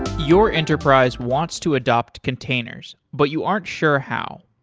your enterprise wants to adopt containers but you aren't sure how.